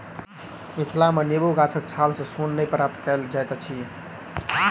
मिथिला मे नेबो गाछक छाल सॅ सोन नै प्राप्त कएल जाइत अछि